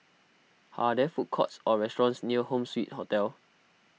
are there food courts or restaurants near Home Suite Hotel